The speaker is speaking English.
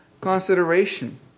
consideration